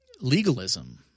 legalism